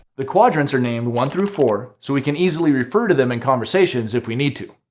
the quadrants are named one through four so we can easily refer to them in conversations if we need to.